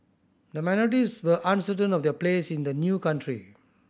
the minorities were uncertain of their place in the new country